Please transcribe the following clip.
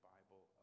Bible